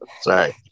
sorry